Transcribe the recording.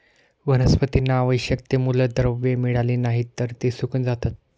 वनस्पतींना आवश्यक ती मूलद्रव्ये मिळाली नाहीत, तर ती सुकून जातात